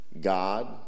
God